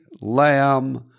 lamb